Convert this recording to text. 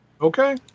Okay